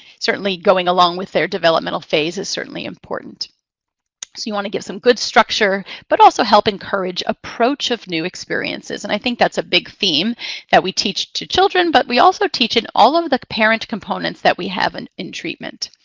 certainly going along with their developmental phase is certainly important. so you want to give some good structure, but also help encourage approach of new experiences. and i think that's a big theme that we teach to children, but we also teach in all of the parent components that we have in in treatment.